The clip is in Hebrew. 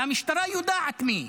והמשטרה יודעת מי.